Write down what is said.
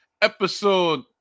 Episode